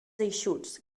eixuts